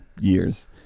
years